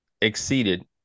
Exceeded